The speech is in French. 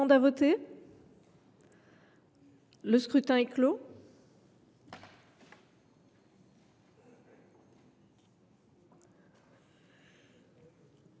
à voter ?… Le scrutin est clos.